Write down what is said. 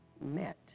met